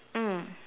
mm